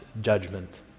judgment